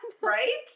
Right